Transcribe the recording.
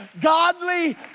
Godly